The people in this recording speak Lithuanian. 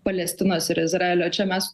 palestinos ir izraelio čia mes